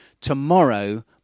Tomorrow